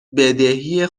بدهی